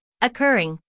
occurring